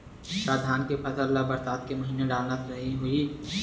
का धान के फसल ल बरसात के महिना डालना सही होही?